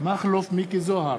מכלוף מיקי זוהר,